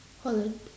Holland